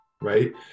right